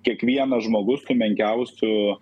kiekvienas žmogus su menkiausiu